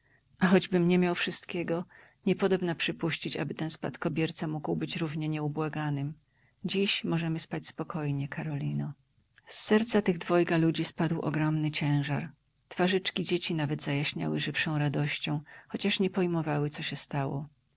a choćbym nie miał wszystkiego niepodobna przypuścić aby ten spadkobierca mógł być równie nieubłaganym dziś możemy spać spokojnie karolino z serca tych dwojga ludzi spadł ogromny ciężar twarzyczki dzieci nawet zajaśniały żywszą radością chociaż nie pojmowały co się stało